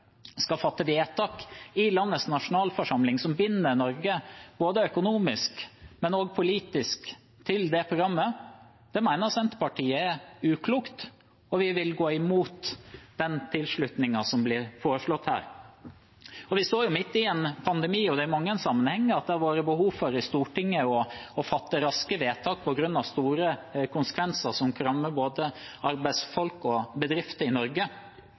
skal fatte vedtak i landets nasjonalforsamling som binder Norge både økonomisk og politisk til programmet, mener Senterpartiet er uklokt, og vi vil gå imot den tilslutningen som blir foreslått her. Vi står midt i en pandemi, og det har i Stortinget i mange sammenhenger vært behov for å fatte raske vedtak på grunn av at store konsekvenser kan ramme både arbeidsfolk og bedrifter i Norge.